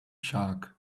shark